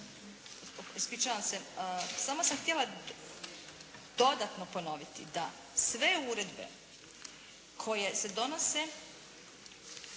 Ispričavam se. Samo sam htjela dodatno ponoviti da sve uredbe koje se donose